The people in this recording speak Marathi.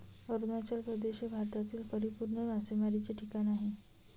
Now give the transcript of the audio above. अरुणाचल प्रदेश हे भारतातील परिपूर्ण मासेमारीचे ठिकाण आहे